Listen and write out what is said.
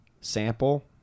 Sample